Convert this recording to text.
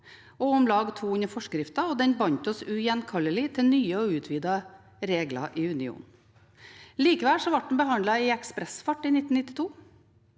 og om lag 200 forskrifter, og den bandt oss ugjenkallelig til nye og utvidede regler i unionen. Likevel ble den behandlet i ekspressfart i 1992.